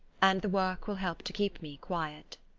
and the work will help to keep me quiet.